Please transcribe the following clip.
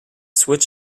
switch